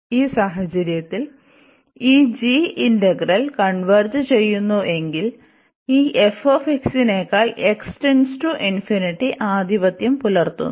ഈ സാഹചര്യത്തിൽ ഈ g ഇന്റഗ്രൽ കൺവെർജ് ചെയ്യുന്നുവെങ്കിൽ ഈ f നേക്കാൾ x →ആധിപത്യം പുലർത്തുന്നു